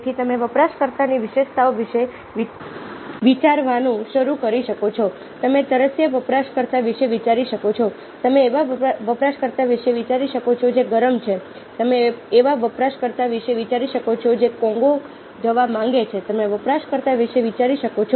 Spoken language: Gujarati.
તેથી તમે વપરાશકર્તાની વિશેષતાઓ વિશે વિચારવાનું શરૂ કરી શકો છો તમે તરસ્યા વપરાશકર્તા વિશે વિચારી શકો છો તમે એવા વપરાશકર્તા વિશે વિચારી શકો છો જે ગરમ છે તમે એવા વપરાશકર્તા વિશે વિચારી શકો છો જે કોંગો જવા માંગે છે તમે વપરાશકર્તા વિશે વિચારી શકો છો